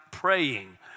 Praying